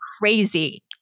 crazy